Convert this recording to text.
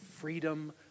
freedom